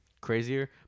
Crazier